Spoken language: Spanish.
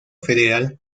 federal